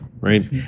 right